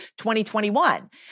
2021